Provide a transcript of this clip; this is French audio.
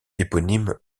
éponyme